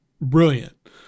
Brilliant